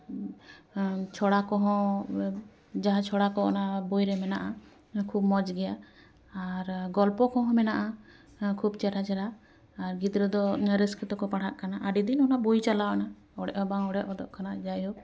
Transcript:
ᱪᱷᱚᱲᱟ ᱠᱚᱦᱚᱸ ᱡᱟᱦᱟᱸ ᱪᱷᱚᱲᱟ ᱠᱚ ᱚᱱᱟ ᱵᱳᱭ ᱨᱮ ᱢᱮᱱᱟᱜᱼᱟ ᱠᱷᱩᱵ ᱢᱚᱡᱽ ᱜᱮᱭᱟ ᱟᱨ ᱜᱚᱞᱯᱚ ᱠᱚᱦᱚᱸ ᱢᱮᱱᱟᱜᱼᱟ ᱠᱷᱩᱵ ᱪᱮᱦᱨᱟ ᱪᱮᱦᱨᱟ ᱟᱨ ᱜᱤᱫᱽᱨᱟᱹ ᱫᱚ ᱚᱱᱟ ᱨᱟᱹᱥᱠᱟᱹ ᱛᱮᱠᱚ ᱪᱟᱞᱟᱜ ᱠᱟᱱᱟ ᱟᱹᱰᱤ ᱫᱤᱱ ᱚᱱᱟ ᱵᱳᱭ ᱪᱟᱞᱟᱣᱮᱱᱟ ᱚᱲᱮᱡ ᱦᱚᱸ ᱵᱟᱝ ᱚᱲᱮᱡ ᱦᱚᱫᱚᱜ ᱠᱟᱱᱟ ᱡᱟᱭᱦᱳᱠ